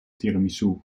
tiramisu